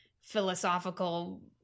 philosophical